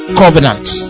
covenants